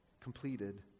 completed